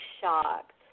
shocked